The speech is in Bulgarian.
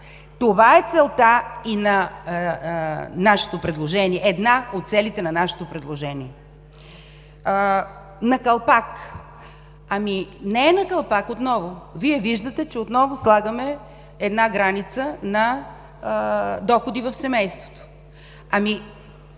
Това е целта и на нашето предложение, една от целите на нашето предложение. На калпак! Не е на калпак отново. Вие виждате, че отново слагаме една граница на доходи в семейството.